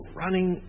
running